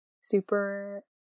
super